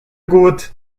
gut